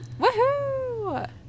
Woohoo